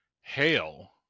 hail